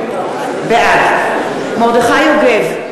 בעד מרדכי יוגב,